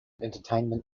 entertainment